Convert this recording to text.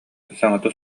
саҥата